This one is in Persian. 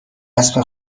رسم